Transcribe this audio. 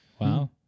Wow